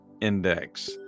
Index